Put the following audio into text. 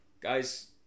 guys